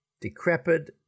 decrepit